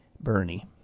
Bernie